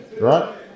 Right